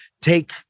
take